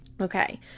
Okay